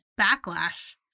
backlash